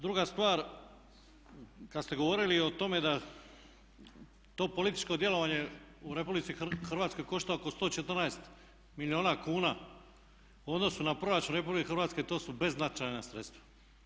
Druga stvar, kad ste govorili o tome da to političko djelovanje u RH košta oko 114 milijuna kuna u odnosu na Proračun RH to su beznačajna sredstva.